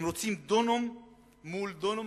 הם רוצים דונם מול דונם,